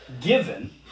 given